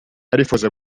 arifuza